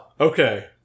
Okay